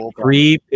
Three